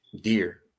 Deer